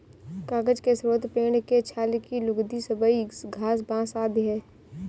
कागज के स्रोत पेड़ के छाल की लुगदी, सबई घास, बाँस आदि हैं